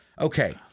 Okay